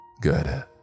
Good